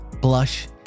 blush